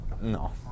No